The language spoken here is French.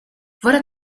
voilà